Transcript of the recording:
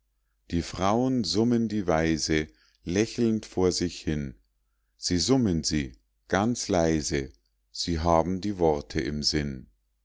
die frauen summen die weise lächelnd vor sich hin sie summen sie ganz leise und haben die worte im sinn